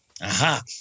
Aha